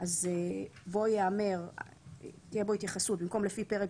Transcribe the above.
"תיקון סעיף 28